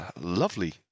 lovely